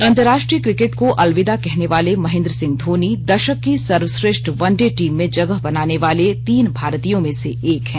अंतरराष्ट्रीय क्रिकेट को अलविदा कहने वाले महेन्द्र सिंह धोनी दशक की सर्वश्रेष्ठ वन डे टीम में जगह बनाने वाले तीन भारतीयों में से एक हैं